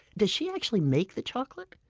does she actually make the chocolate?